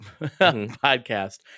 podcast